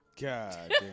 God